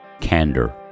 candor